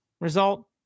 result